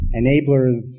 enablers